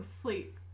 sleep